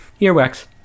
earwax